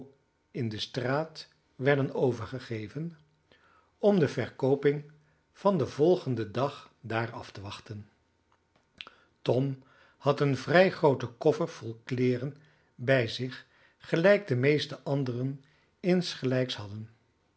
in de straat werden overgegeven om de verkooping van den volgenden dag daar af te wachten tom had een vrij grooten koffer vol kleeren bij zich gelijk de meeste anderen insgelijks hadden